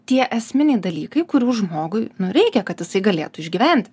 tie esminiai dalykai kurių žmogui reikia kad jisai galėtų išgyventi